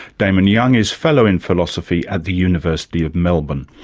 damon young is fellow in philosophy at the university of melbourne.